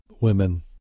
women